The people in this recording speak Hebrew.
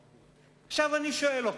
עכשיו, אני שואל אותך: